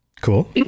cool